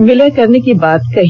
विलय करने की बात कही